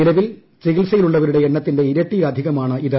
നിലവിൽ ചികിത്സയിലുള്ളവരുടെ എണ്ണത്തിന്റെ ഇരട്ടിയിലധികമാണ് ഇത്